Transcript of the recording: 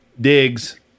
Diggs